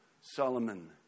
Solomon